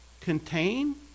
contain